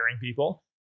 people